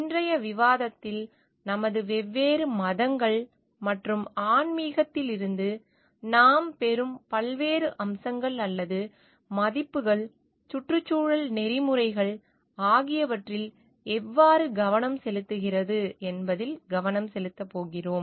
இன்றைய விவாதத்தில் நமது வெவ்வேறு மதங்கள் மற்றும் ஆன்மீகத்தில் இருந்து நாம் பெறும் பல்வேறு அம்சங்கள் அல்லது மதிப்புகள் சுற்றுச்சூழல் நெறிமுறைகள் ஆகியவற்றில் எவ்வாறு கவனம் செலுத்துகிறது என்பதில் கவனம் செலுத்தப் போகிறோம்